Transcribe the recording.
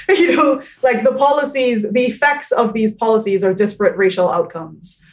you like the policies the effects of these policies are disparate racial outcomes.